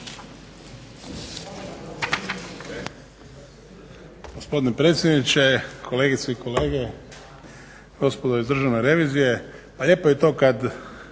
Hvala i vama.